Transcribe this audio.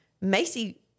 Macy